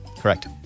Correct